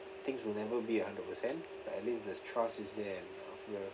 things will never be a hundred percent but at least the trust is there and uh we're